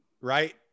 right